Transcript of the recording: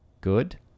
good